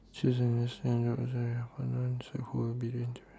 choose